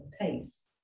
pace